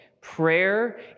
Prayer